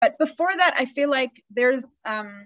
But before that, I fell like there's - umm